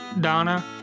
Donna